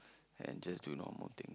and just do normal thing